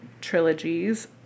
trilogies